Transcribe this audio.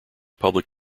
public